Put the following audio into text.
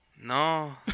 No